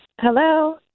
Hello